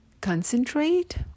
concentrate